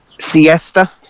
Siesta